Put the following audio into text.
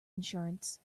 insurance